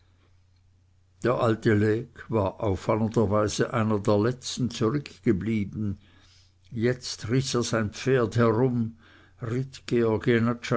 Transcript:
der alte lecques war auffallenderweise einer der letzten zurückgeblieben jetzt riß er sein pferd herum